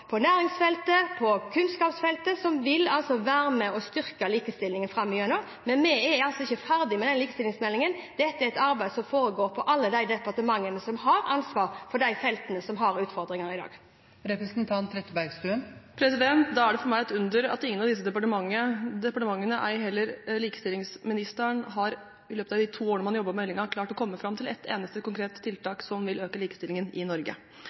kunnskapsfeltet som vil være med og styrke likestillingen framover. Men vi er ikke ferdig med likestillingsmeldingen. Dette er et arbeid som foregår i alle de departementene som har ansvar for de feltene som har utfordringer i dag. Da er det for meg et under at ingen av disse departementene, ei heller likestillingsministeren, i løpet av de to årene man har jobbet med meldingen, har klart å komme fram til ett eneste konkret tiltak som vil øke likestillingen i Norge.